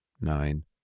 Nine